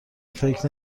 فکر